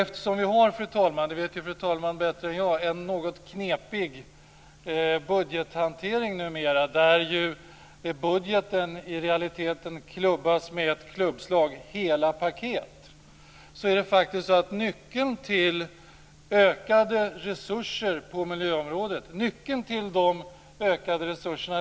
Eftersom vi numera har - det vet fru talman bättre än jag - en något knepig budgethantering som innebär att budgeten i realiteten klubbas med ett klubbslag i hela paket, är det faktiskt så att nyckeln till ökade resurser på miljöområdet ligger hos Socialdemokraterna.